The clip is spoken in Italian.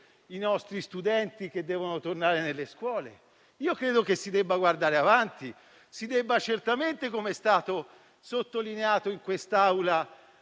i nostri studenti che devono tornare nelle scuole? Credo che si debba guardare avanti e si debba certamente, come è stato sottolineato in quest'Aula,